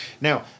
Now